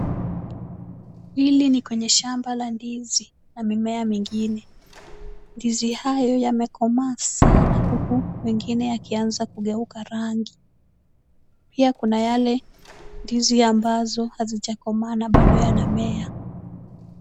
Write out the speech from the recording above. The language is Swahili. Hili ni kwenye shamba la ndizi na mimea mingine. Ndizi hayo yamekomaa sana huku mengine yakianza kugeuka rangi. Pia kuna yale ndizi ambazo hazijakomaa na bado yanamea.